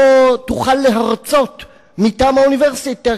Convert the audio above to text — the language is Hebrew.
לא תוכל להרצות מטעם האוניברסיטה,